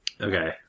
Okay